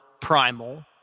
Primal